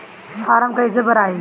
Form कईसे भराई?